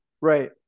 Right